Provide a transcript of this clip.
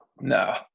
No